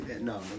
No